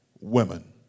women